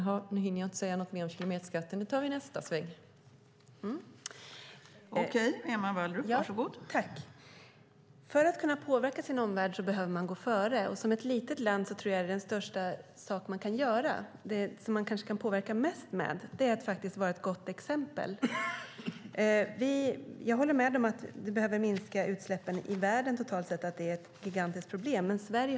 Jag hinner inte säga någonting om kilometerskatten nu, utan det får vi ta i nästa omgång.